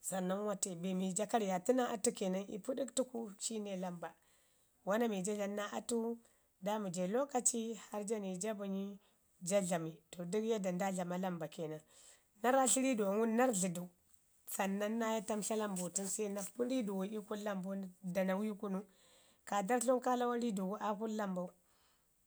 sannan mate be mii ja karyatu naa atu kenan ii pədək tuku shine lamba. Wana miija dlamu naa atu da mi ja lokaci harr ja ni ja bənyi ja dlami to dək yanda nda dlama lamba kenan. Na rratli riiduwa ngum na rrdla du sannan naye tamtla lambo tənse na pi riduwa ii kunu lambəu da nawi kunu. Ka darrtlau nən kaa lawan riidumau aa kunu lambau.